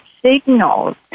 signals